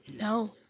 No